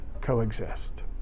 coexist